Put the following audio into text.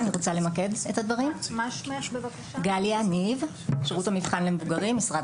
אני גליה ניב, משירות המבחן למבוגרים במשרד